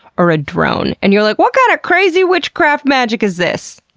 or a drone, and you're like, what kind of crazy witchcraft magic is this?